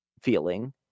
feeling